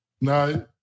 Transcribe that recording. no